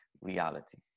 reality